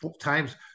times